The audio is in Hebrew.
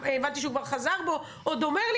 הבנתי שהוא כבר חזר בו עוד אומר לי